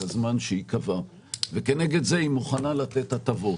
הזמן שייקבע וכנגד זה היא מוכנה לתת הטבות.